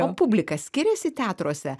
o publika skiriasi teatruose